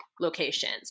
locations